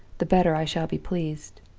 the better i shall be pleased.